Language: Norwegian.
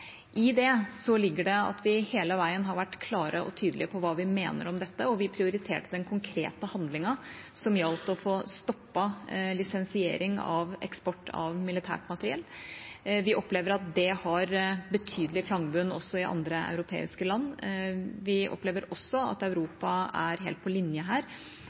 I det ligger det at vi hele veien har vært klare og tydelige på hva vi mener om dette, og vi prioriterte den konkrete handlingen som gjaldt å få stoppet lisensiering av eksport av militært materiell. Vi opplever at det har betydelig klangbunn også i andre europeiske land, og at Europa er helt på linje her.